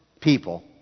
people